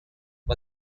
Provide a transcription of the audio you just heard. for